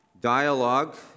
Dialogue